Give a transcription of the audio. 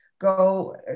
go